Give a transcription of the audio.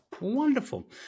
wonderful